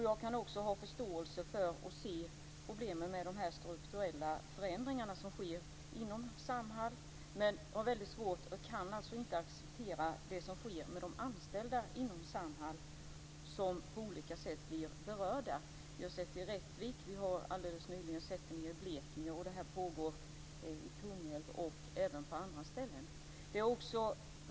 Jag kan också ha förståelse för att de strukturella förändringar som sker inom Samhall orsakar problem. Men jag kan inte acceptera det som sker med de anställda inom Samhall, som på olika sätt blir berörda. Vi har sett det i Rättvik. Vi har alldeles nyligen sett det nere i Blekinge. Det pågår i Kungälv, och även på andra ställen.